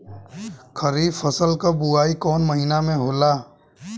खरीफ फसल क बुवाई कौन महीना में होला?